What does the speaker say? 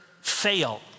fail